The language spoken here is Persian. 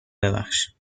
ببخشید